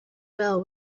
fell